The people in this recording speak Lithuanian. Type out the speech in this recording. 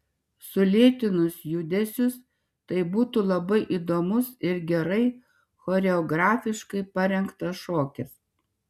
sulėtinus judesius tai būtų labai įdomus ir gerai choreografiškai parengtas šokis